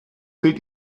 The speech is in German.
fehlt